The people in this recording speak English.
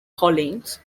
collins